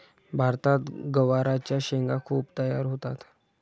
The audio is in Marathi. भारतात गवारच्या शेंगा खूप तयार होतात